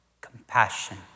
compassion